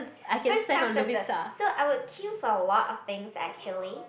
first come first serve so I would queue for a lot of things actually